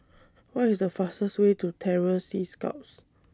What IS The fastest Way to Terror Sea Scouts